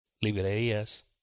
librerías